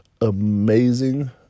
amazing